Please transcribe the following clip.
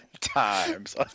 times